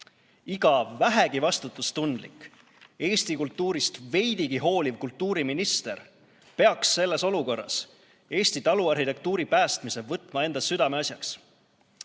Iga vähegi vastutustundlik ja eesti kultuurist veidigi hooliv kultuuriminister peaks selles olukorras Eesti taluarhitektuuri päästmise võtma enda südameasjaks.